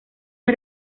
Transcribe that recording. las